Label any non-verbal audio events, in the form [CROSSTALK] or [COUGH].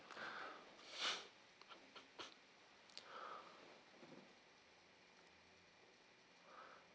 [BREATH]